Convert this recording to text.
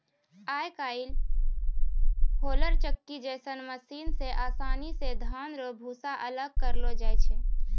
आय काइल होलर चक्की जैसन मशीन से आसानी से धान रो भूसा अलग करलो जाय छै